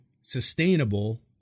sustainable